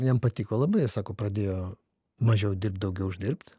jam patiko jis labai sako pradėjo mažiau dirbt daugiau uždirbt